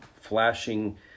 flashing